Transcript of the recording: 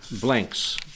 blanks